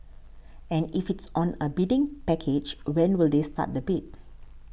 and if it's on a bidding package when will they start the bid